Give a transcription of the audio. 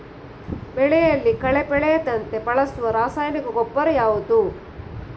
ಬೆಳೆಯಲ್ಲಿ ಕಳೆ ಬೆಳೆಯದಂತೆ ಬಳಸುವ ರಾಸಾಯನಿಕ ಗೊಬ್ಬರ ಯಾವುದು?